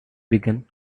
began